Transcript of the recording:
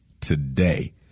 today